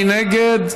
מי נגד?